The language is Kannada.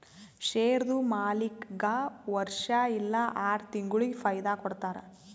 ಶೇರ್ದು ಮಾಲೀಕ್ಗಾ ವರ್ಷಾ ಇಲ್ಲಾ ಆರ ತಿಂಗುಳಿಗ ಫೈದಾ ಕೊಡ್ತಾರ್